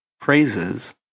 praises